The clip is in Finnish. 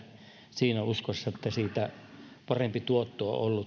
siinä uskossa että siitä parempi tuotto on